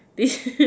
this